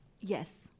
Yes